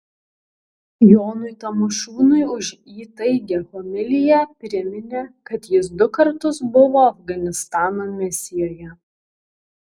jonui tamošiūnui už įtaigią homiliją priminė kad jis du kartus buvo afganistano misijoje